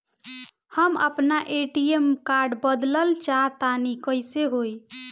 हम आपन ATM card बदलल चाह तनि कइसे होई?